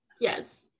yes